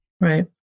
Right